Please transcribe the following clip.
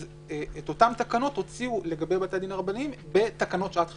את אותן תקנות הוציאו לגבי בתי הדין הרבניים בתקנות שעת חירום.